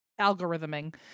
algorithming